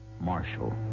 Marshall